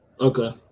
Okay